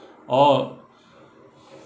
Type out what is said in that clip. oh